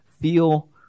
feel